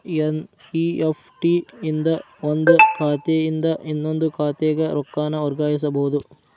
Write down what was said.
NEFT ಇಂದ ಒಂದ್ ಖಾತೆಯಿಂದ ಇನ್ನೊಂದ್ ಖಾತೆಗ ರೊಕ್ಕಾನ ವರ್ಗಾಯಿಸಬೋದು